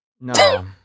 No